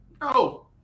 No